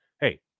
hey